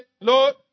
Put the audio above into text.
Lord